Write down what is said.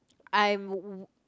I'm w~ w~